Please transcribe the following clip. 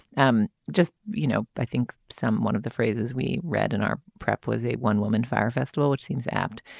um just you know i think some one of the phrases we read in our prep was a one woman fire festival which seems apt.